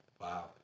Wow